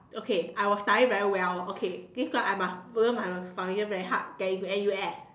okay I will study very well okay this one I must this one I must study very hard to get into N_U_S